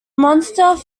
monsters